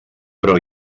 però